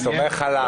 סומך עליו.